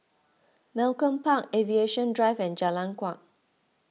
Malcolm Park Aviation Drive and Jalan Kuak